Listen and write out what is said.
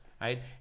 right